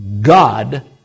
God